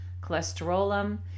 cholesterolum